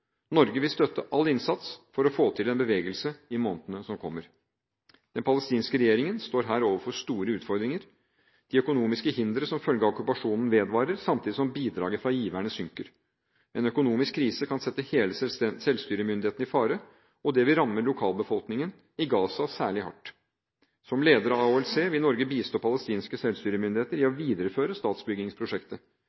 Norge vil støtte all innsats for å få til en bevegelse i månedene som kommer. Den palestinske regjeringen står her overfor store utfordringer. De økonomiske hindre som følge av okkupasjonen vedvarer, samtidig som bidraget fra giverne synker. En økonomisk krise kan sette hele selvstyremyndigheten i fare, og det vil ramme lokalbefolkningen i Gaza særlig hardt. Som leder av AHLC vil Norge bistå palestinske selvstyremyndigheter i å